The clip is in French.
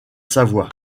savoie